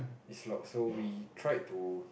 it's locked so we tried to